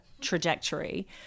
trajectory